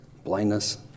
Blindness